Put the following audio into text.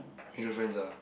with your friends ah